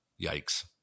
yikes